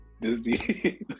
Disney